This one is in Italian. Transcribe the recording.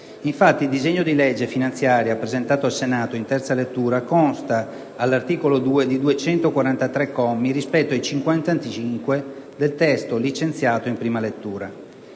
Infatti, il disegno di legge finanziaria presentato al Senato in terza lettura consta, all'articolo 2, di 243 commi rispetto ai 55 licenziati in prima lettura.